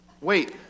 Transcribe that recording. Wait